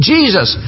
Jesus